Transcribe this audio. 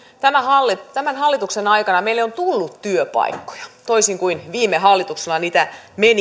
tämän hallituksen aikana meille on tullut työpaikkoja toisin kuin viime hallituskaudella niitä